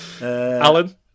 Alan